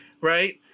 right